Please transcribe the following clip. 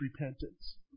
repentance